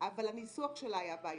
אבל הניסוח שלה היה בעייתי.